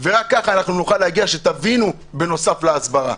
ורק ככה נוכל להגיע שתבינו בנוסף להסברה.